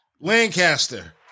Lancaster